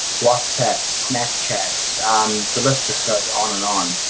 whatsapp, snapchat the list just goes on and on.